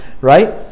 Right